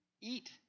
eat